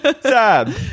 Sad